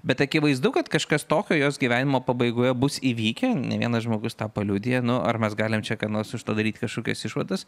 bet akivaizdu kad kažkas tokio jos gyvenimo pabaigoje bus įvykę ne vienas žmogus tą paliudija nu ar mes galim čia ką nors iš to daryt kažkokias išvadas